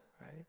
right